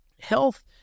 health